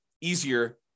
easier